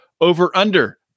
over-under